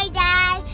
dad